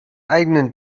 eigenen